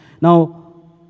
Now